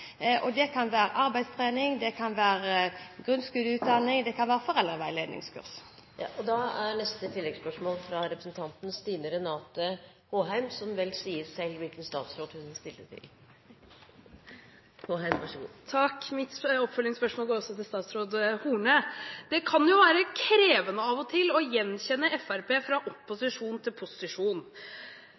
Det kan være arbeidstrening, det kan være grunnskoleutdanning, eller det kan være foreldreveiledningskurs. Stine Renate Håheim – til oppfølgingsspørsmål. Mitt oppfølgingsspørsmål går også til statsråd Horne. Det kan være krevende av og til å gjenkjenne Fremskrittspartiet fra opposisjon til posisjon,